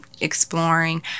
exploring